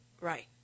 Right